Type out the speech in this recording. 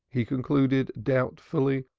he concluded doubtfully,